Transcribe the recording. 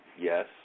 Yes